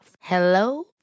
Hello